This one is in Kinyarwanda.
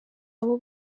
abo